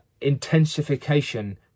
intensification